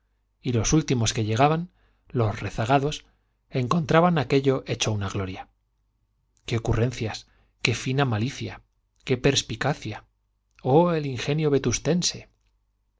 y los últimos que llegaban los regazados encontraban aquello hecho una gloria qué ocurrencias qué fina malicia qué perspicacia oh el ingenio vetustense